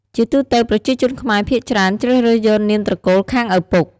ជាទូទៅ ប្រជាជនខ្មែរភាគច្រើន ជ្រើសរើសយកនាមត្រកូលខាងឪពុក។